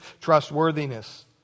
trustworthiness